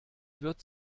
wird